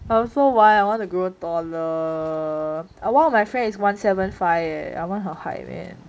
I also want I want to grow taller uh one of my friend is one seven five I want her height leh